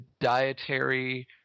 dietary